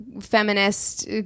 feminist